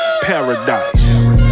Paradise